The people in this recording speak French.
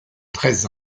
treize